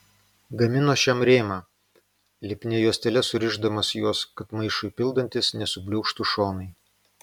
gamino šiam rėmą lipnia juostele surišdamas juos kad maišui pildantis nesubliūkštų šonai